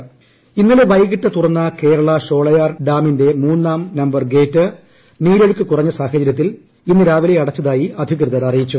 Sholayar dam ഇന്നലെ വൈകിട്ട് തുറന്ന കേരള ഷോളയാർ ഡാമിന്റെ മൂന്നാം നമ്പർ ഗേറ്റ് നീരൊഴുക്ക് കുറഞ്ഞ സാഹചരൃത്തിൽ ഇന്ന് രാവിലെ അടച്ചതായി അധികൃതർ അറിയിച്ചു